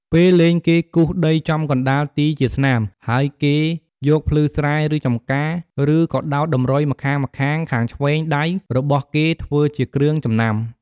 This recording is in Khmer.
ពេលលេង គេគូសដីចំកណ្តាលទីជាស្នាម ហើយគេយកភ្លឺស្រែ ឬចម្ការ ឬក៏ដោតតម្រុយម្ខាងៗ ខាងឆ្វេងដៃរបស់គេធ្វើជាគ្រឿងចំណាំ។